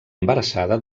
embarassada